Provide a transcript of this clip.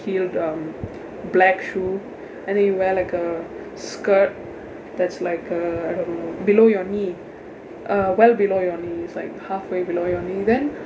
heeled um black shoe and then you wear like a skirt that's like uh below your knee uh well below your knees like halfway below your knee then